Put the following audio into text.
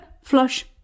flush